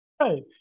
Right